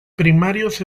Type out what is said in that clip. primarios